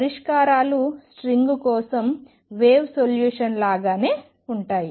పరిష్కారాలు స్ట్రింగ్ కోసం wave solution లాగానే ఉంటాయి